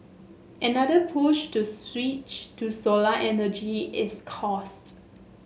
another push to switch to solar energy is cost